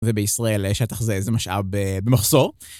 ובישראל שטח, זה... זה משאב במחסור.